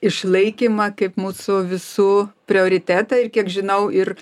išlaikymą kaip mūsų visų prioritetą ir kiek žinau ir